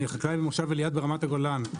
אני חקלאי במושב אליעד ברמת הגולן,